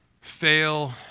fail